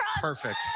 Perfect